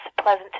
pleasant